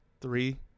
three